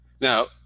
now